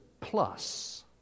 plus